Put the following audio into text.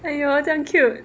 !aiyo! 这样 cute